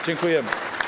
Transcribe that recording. Dziękujemy.